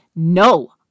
No